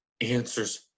answers